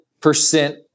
percent